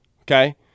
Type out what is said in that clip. Okay